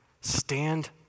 Stand